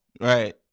Right